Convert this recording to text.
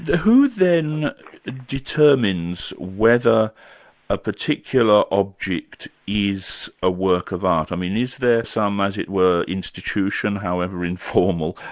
who then determines whether a particular object is a work of art? i mean is there some, as it were, institution however informal,